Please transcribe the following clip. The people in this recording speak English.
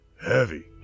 heavy